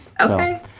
Okay